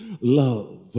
love